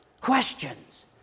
Questions